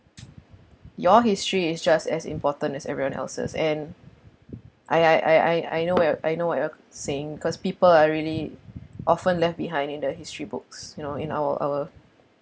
your history is just as important as everyone else's and I I I I I know where your I know what you're saying because people are really often left behind in the history books you know in our our